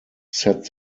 set